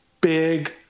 big